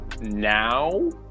now